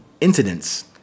incidents